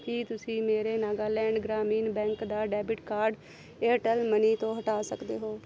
ਕੀ ਤੁਸੀਂਂ ਮੇਰੇ ਨਾਗਾਲੈਂਡ ਗ੍ਰਾਮੀਣ ਬੈਂਕ ਦਾ ਡੈਬਿਟ ਕਾਰਡ ਏਅਰਟੈੱਲ ਮਨੀ ਤੋਂ ਹਟਾ ਸਕਦੇ ਹੋ